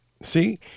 See